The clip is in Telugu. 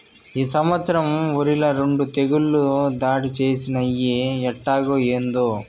ఈ సంవత్సరం ఒరిల రెండు తెగుళ్ళు దాడి చేసినయ్యి ఎట్టాగో, ఏందో